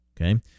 Okay